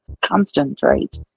concentrate